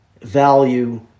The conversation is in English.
value